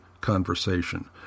conversation